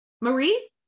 Marie